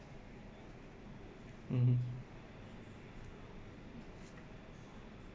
mmhmm